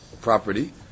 property